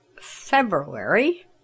February